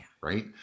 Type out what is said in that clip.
right